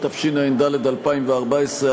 התשע"ד 2014,